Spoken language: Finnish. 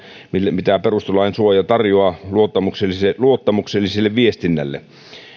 mitä perustuslain suoja tarjoaa luottamukselliselle luottamukselliselle viestinnälle